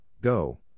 Go